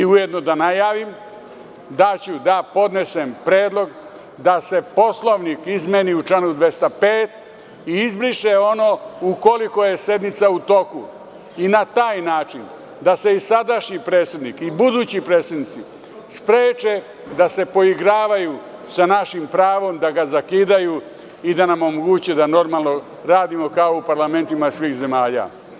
Ujedno bih da najavim da ću da podnesem predlog da se Poslovnik izmeni u članu 205. i izbriše ono: „ukoliko je sednica u toku“ i na taj način da se i sadašnji predsednik i budući predsednici spreče da se poigravaju sa našim pravom, da ga zakidaju i da nam omoguće da normalno radimo, kao u parlamentima svih zemalja.